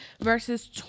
verses